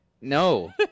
No